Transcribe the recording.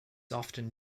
often